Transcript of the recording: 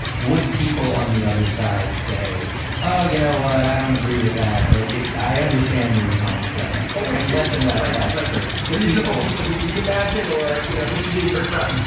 would people on the other side say oh you know what i don't agree with that but i understand where you're coming from there but when less and less like that's true. the reasonable people who we imagine or you know who jodi and herself.